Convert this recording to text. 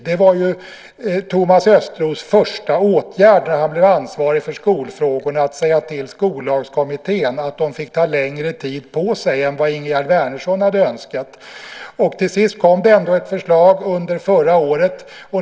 Det var ju Thomas Östros första åtgärd när han blev ansvarig för skolfrågorna att säga till Skollagskommittén att den fick ta längre tid på sig än vad Ingegerd Wärnersson hade önskat. Till sist kom det ändå ett förslag under förra året.